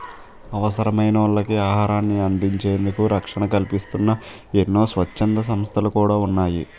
అవసరమైనోళ్ళకి ఆహారాన్ని అందించేందుకు రక్షణ కల్పిస్తూన్న ఎన్నో స్వచ్ఛంద సంస్థలు కూడా ఉన్నాయి